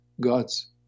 God's